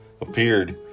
appeared